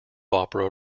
opera